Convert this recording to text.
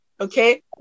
okay